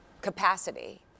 capacity